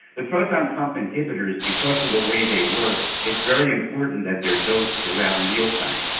the proton pump inhibitors, because of the way they work, it's very important that they are dosed around mealtimes.